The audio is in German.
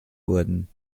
worden